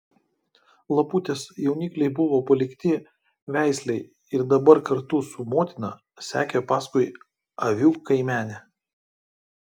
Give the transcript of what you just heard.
laputės jaunikliai buvo palikti veislei ir dabar kartu su motina sekė paskui avių kaimenę